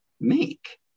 make